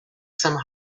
some